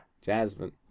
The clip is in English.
Jasmine